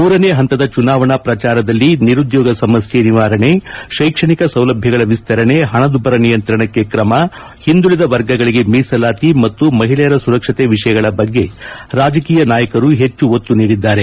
ಮೂರನೇ ಹಂತದ ಚುನಾವಣಾ ಪ್ರಚಾರದಲ್ಲಿ ನಿರುದ್ಯೋಗ ಸಮಸ್ನೆ ನಿವಾರಣೆ ಶೈಕ್ಷಣಿಕ ಸೌಲಭ್ಯಗಳ ವಿಸ್ತರಣೆ ಹಣದುಬ್ಬರ ನಿಯಂತ್ರಣಕ್ಕೆ ಕ್ರಮ ಹಿಂದುಳಿದ ವರ್ಗಗಳಿಗೆ ಮೀಸಲಾತಿ ಮತ್ತು ಮಹಿಳೆಯರ ಸುರಕ್ಷತೆ ವಿಷಯಗಳ ಬಗ್ಗೆ ರಾಜಕೀಯ ನಾಯಕರು ಹೆಚ್ಚು ಒತ್ತು ನೀಡಿದ್ದಾರೆ